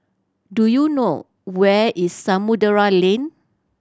do you know where is Samudera Lane